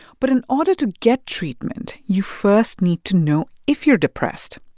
but in order to get treatment, you first need to know if you're depressed.